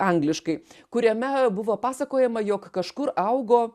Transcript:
angliškai kuriame buvo pasakojama jog kažkur augo